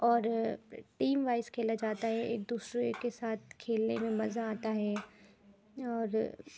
اور team wise کھیلا جاتا ہے ایک دوسرے کے ساتھ کھیلنے میں مزہ آتا ہے اور